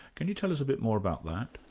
can you tell us a bit more about that?